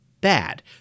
bad